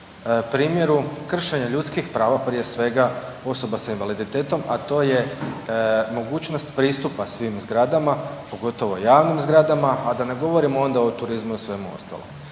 primjeru kršenja ljudskih prava prije svega osoba sa invaliditetom, a to je mogućnost pristupa svim zgradama, pogotovo javnim zgradama, a da ne govorimo onda o turizmu i svemu ostalom.